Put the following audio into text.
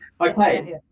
Okay